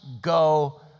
go